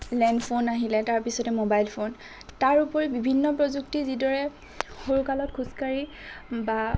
land phone আহিলে তাৰপাছতে mobile phone তাৰ উপৰি বিভিন্ন প্ৰযুক্তি যিদৰে সৰুকালত খোজ কাঢ়ি বা